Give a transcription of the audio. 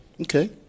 okay